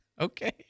Okay